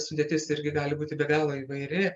sudėtis irgi gali būti be galo įvairi